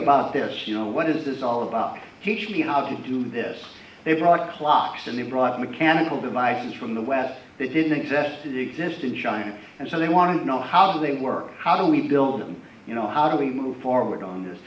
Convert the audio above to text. about there's you know what is this all about teach me how to do this they brought clocks and they brought mechanical devices from the west that didn't exist that exist in china and so they want to know how do they work how do we build them you know how do we move forward on this